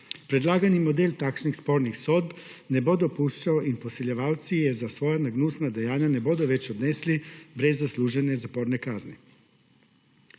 Predlagani model takšnih spornih sodb ne bo dopuščal in posiljevalci je za svoja nagnusna dejanja ne bodo več odnesli brez zaslužene zaporne kazni.